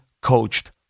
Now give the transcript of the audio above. coached